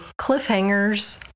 cliffhangers